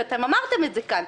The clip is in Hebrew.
ואמרתם את זה כאן,